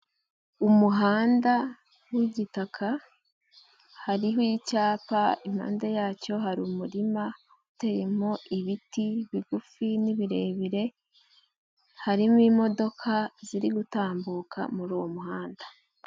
Umuhanda w'igitaka, hariho icyapa impande yacyo hari umurima uteyemo ibiti bigufi n'ibirebire, harimo imodoka ziri gutambuka muri uwo muhanda.